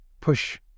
push